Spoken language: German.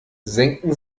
senken